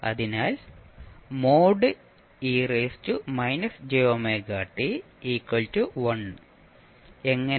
അതിനാൽ എങ്ങനെ